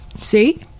see